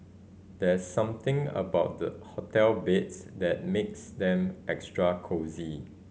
there something about the hotel beds that makes them extra cosy